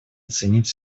оценить